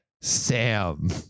Sam